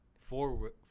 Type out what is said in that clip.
four